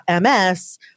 MS